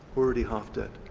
already half-dead.